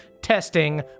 testing